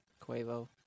Quavo